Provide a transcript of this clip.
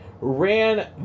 ran